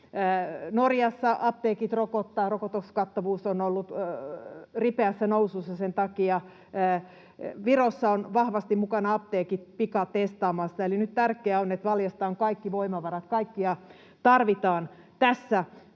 Norjassa apteekit rokottavat ja rokotuskattavuus on ollut ripeässä nousussa sen takia. Virossa apteekit ovat vahvasti mukana pikatestaamassa. Nyt tärkeää on, että valjastetaan kaikki voimavarat, kaikkia tarvitaan tässä,